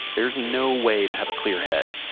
there's no way to have a clear head